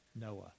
Noah